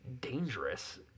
dangerous